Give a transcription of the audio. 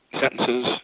sentences